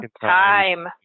time